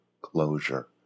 closure